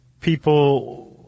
people